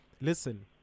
listen